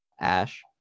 Ash